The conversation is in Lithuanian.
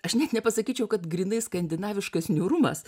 aš net nepasakyčiau kad grynai skandinaviškas niūrumas